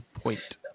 point